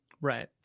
Right